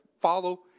follow